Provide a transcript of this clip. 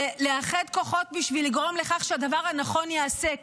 לאחד כוחות בשביל לגרום לכך שהדבר הנכון ייעשה.